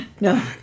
No